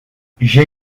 j’ai